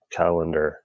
calendar